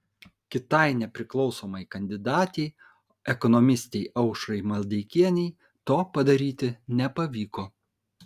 kitai nepriklausomai kandidatei ekonomistei aušrai maldeikienei to padaryti nepavyko